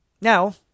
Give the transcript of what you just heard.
Now